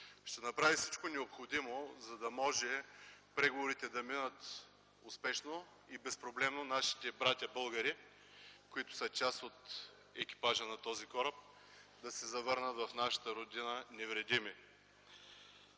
ще направи всичко необходимо, за да може преговорите да минат успешно и безпроблемно нашите братя българи, които са част от екипажа на този кораб, да се завърнат в нашата родина невредими.